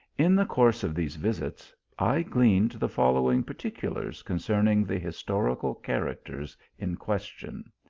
in the course of these visits i gleaned the follow ing particulars concerning the historical characters in question.